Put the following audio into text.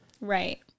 Right